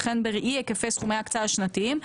ולכן בראי היקפי סכומי ההקצאה השנתיים,